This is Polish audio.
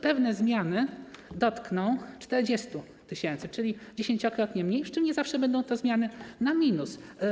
Pewne zmiany dotkną 40 tys., czyli dziesięciokrotnie mniej, przy czym nie zawsze będą to zmiany na minus.